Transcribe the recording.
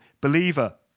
believer